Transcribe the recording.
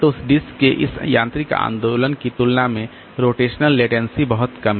तो डिस्क के इस यांत्रिक आंदोलन की तुलना में रोटेशनल लेटेंसी बहुत कम है